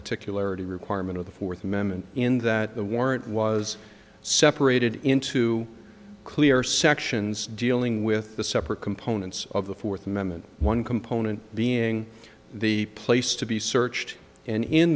particularities requirement of the fourth amendment in that the warrant was separated into clear sections dealing with the separate components of the fourth amendment one component being the place to be searched and in